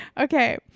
Okay